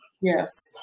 Yes